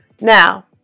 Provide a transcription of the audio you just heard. Now